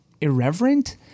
irreverent